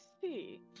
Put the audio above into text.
see